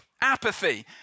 apathy